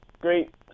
great